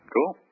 Cool